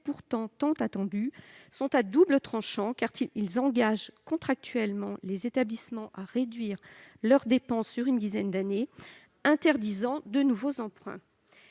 pourtant tant attendus, sont à double tranchant. En effet, ils obligent contractuellement les établissements à réduire leurs dépenses sur une dizaine d'années, ce qui interdit tout nouvel emprunt.